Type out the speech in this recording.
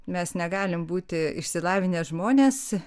mes negalim būti išsilavinę žmonės